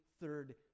third